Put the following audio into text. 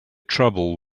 trouble